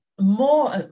more